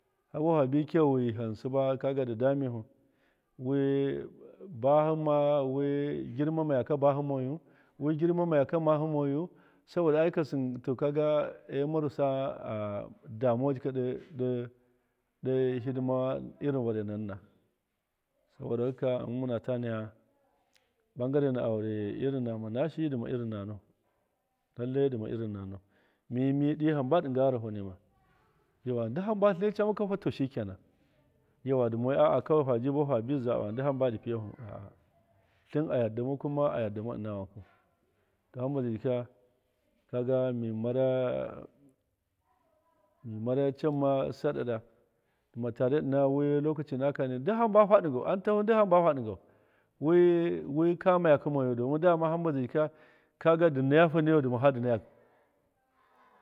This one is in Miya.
Faabufu faabi kiya wiham suba kaga ndi damthu wi baa huma wt girmakt barit mobu gairmamakt math moyu sabada al kalsi to kago amarusa a damuwa do do do htdimma vardnarina saboda haka mun munata naya do bon kard na aurd lrtn nama shiyi ndi ma lrin nanau lailai nduma lrin nima yauwu duk hambo tlina camaka to shikanan yauwa ndumai dai aa faajii bahu faazaba nditiamba ndi fiiyahu a’a tlin ayaddimau kuma ayaddama ina wankwau to hamba zai jiira kaga mi mara mi maru con ma sadada ridu tard ina wi lokaci nakani dak hamba faadigou amtahu ridi hanba faa digou wt wt kamayakt mayu domin hamba zai jii ka, kaga ndi nayahm nayai nduma faa ndi nayau.